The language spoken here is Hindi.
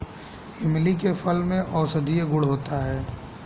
इमली के फल में औषधीय गुण होता है